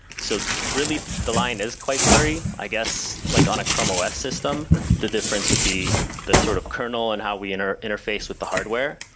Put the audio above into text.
so really the line is quite blurry. i guess, like on a chrome os system the difference would be the sort of kernel and how we and interface with the hardware,